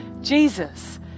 Jesus